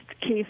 case